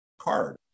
card